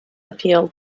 appealed